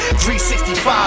365